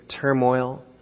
turmoil